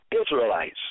Israelites